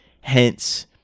hence